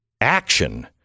action